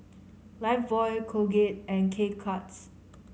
Lifebuoy Colgate and K Cuts